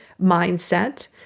mindset